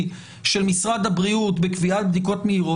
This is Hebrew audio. של משרד הבריאות בקביעת בדיקות מהירות,